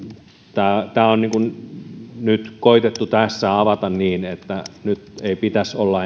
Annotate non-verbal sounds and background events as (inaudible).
tämä tämä on nyt koetettu tässä avata niin että nyt ei pitäisi olla (unintelligible)